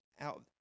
out